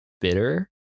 bitter